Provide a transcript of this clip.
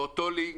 באותו לינק.